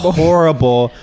horrible